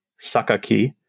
sakaki